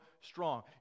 strong